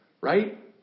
right